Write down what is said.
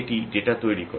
এটি ডেটা তৈরি করে